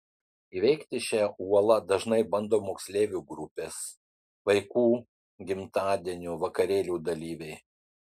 įveikti šią uolą dažnai bando moksleivių grupės vaikų gimtadienių vakarėlių dalyviai